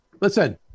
Listen